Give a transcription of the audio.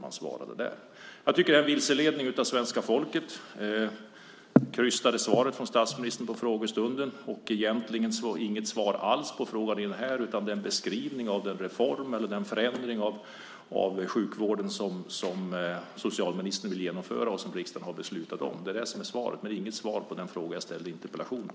Jag tycker att det här är att vilseleda svenska folket. Jag tänker då på det krystade svaret från statsministern under frågestunden och det vi i dag hört som egentligen inte alls är något svar på min fråga utan en beskrivning av den reform, den förändring, av sjukvården som socialministern vill genomföra och som riksdagen har beslutat om. Det är ju det som är svaret. Men det är inte ett svar på min fråga i interpellationen.